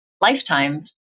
lifetimes